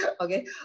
okay